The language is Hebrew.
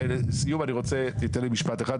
עוד משפט אחד,